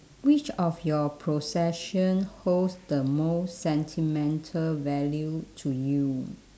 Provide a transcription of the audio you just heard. which of your possession holds the most sentimental value to you